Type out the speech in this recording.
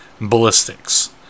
ballistics